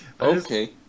Okay